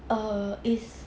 err is